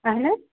اَہَن حظ